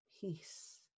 peace